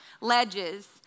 ledges